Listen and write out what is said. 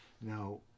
Now